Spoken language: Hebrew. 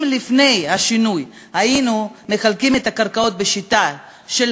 אם לפני השינוי היינו מחלקים את הקרקעות בשיטה של